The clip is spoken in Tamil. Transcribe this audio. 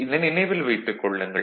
இதனை நினைவில் வைத்துக் கொள்ளுங்கள்